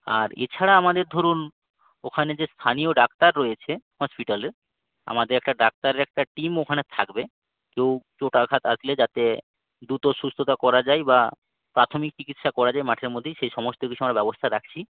আর এছাড়া আমাদের ধরুন ওখানে যে স্থানীয় ডাক্তার রয়েছে হসপিটালে আমাদের একটা ডাক্তারের একটা টিম ওখানে থাকবে কেউ চোট আঘাত আসলে যাতে দ্রুত সুস্থতা করা যায় বা প্রাথমিক চিকিৎসা করা যায় মাঠের মধ্যেই সেই সমস্ত কিছু আমরা ব্যবস্থা রাখছি